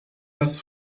das